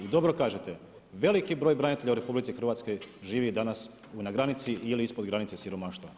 Vi dobro kažete, veliki broj branitelja u RH, živi danas na granici ili ispod granice siromaštva.